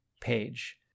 page